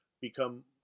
become